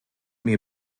mir